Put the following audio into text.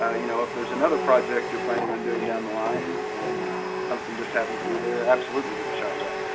ah you know if there's another project your planning on doing down the line, and something just happens to be there, absolutely get a shot of that.